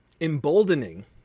emboldening